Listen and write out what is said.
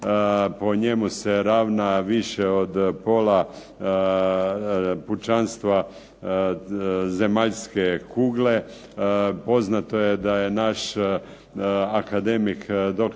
po njemu se ravna više od pola pučanstva zemaljske kugle, poznato je da je naš akademik doktor